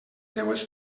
seues